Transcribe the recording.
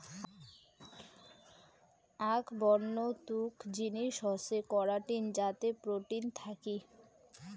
আক বন্য তুক জিনিস হসে করাটিন যাতে প্রোটিন থাকি